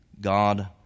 God